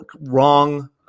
wrong